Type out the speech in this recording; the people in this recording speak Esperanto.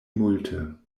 multe